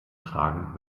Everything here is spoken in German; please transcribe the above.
tragen